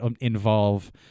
involve